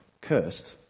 Cursed